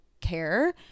care